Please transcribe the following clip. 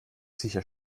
sicher